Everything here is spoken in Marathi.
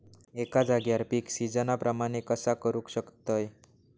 एका जाग्यार पीक सिजना प्रमाणे कसा करुक शकतय?